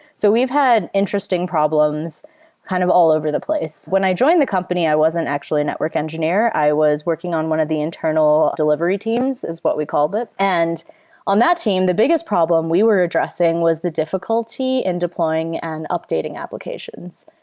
so we've had interesting problems kind of all over the place when i joined the company, i wasn't actually a network engineer. i was working on one of the internal delivery teams is what we called it. and on that team, the biggest problem we were addressing was the difficulty in deploying and updating applications.